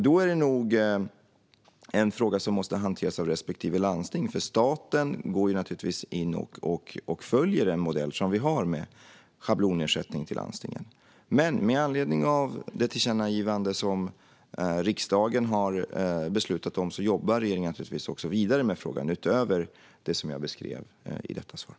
Då är detta nog en fråga som måste hanteras av respektive landsting, för staten går naturligtvis in och följer den modell som vi har med schablonersättning till landstingen. Men med anledning av det tillkännagivande som riksdagen har beslutat om jobbar regeringen naturligtvis vidare med frågan utöver det som jag beskrev i svaret.